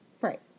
Right